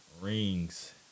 rings